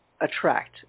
attract